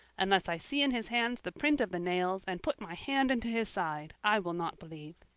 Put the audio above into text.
unless i see in his hands the print of the nails, and put my hand into his side, i will not believe.